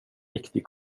riktig